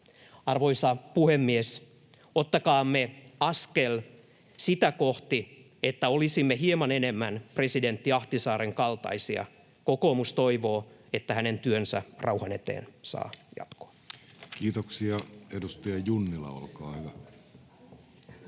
Arvoisa puhemies! Ottakaamme askel sitä kohti, että olisimme hieman enemmän presidentti Ahtisaaren kaltaisia. Kokoomus toivoo, että hänen työnsä rauhan eteen saa jatkoa. [Speech 12] Speaker: Jussi Halla-aho Party: